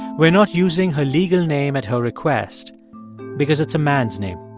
we're not using her legal name at her request because it's a man's name.